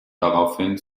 daraufhin